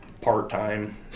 part-time